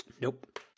Nope